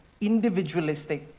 individualistic